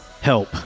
help